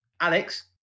Alex